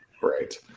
Right